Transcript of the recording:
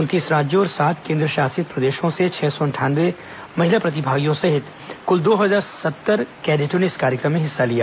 उनतीस राज्यों और सात केन्द्रशासित प्रदेशों से छह सौ अंठानवे महिला प्रतिभागियों सहित कुल दो हजार सत्तर कैंडेटों ने इस कार्यक्रम में हिस्सा लिया